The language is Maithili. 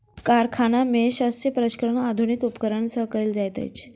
कारखाना में शस्य प्रसंस्करण आधुनिक उपकरण सॅ कयल जाइत अछि